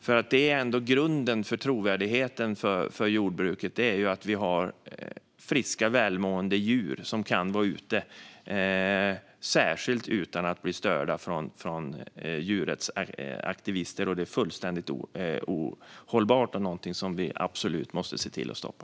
Grunden för jordbrukets trovärdighet är ändå att vi har friska, välmående djur som kan vara ute - utan att bli störda av djurrättsaktivister. Det är fullständigt ohållbart och någonting som vi absolut måste se till att stoppa.